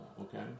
okay